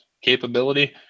capability